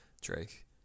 Drake